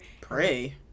Pray